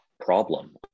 Problem